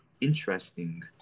interesting